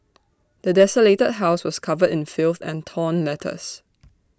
the desolated house was covered in filth and torn letters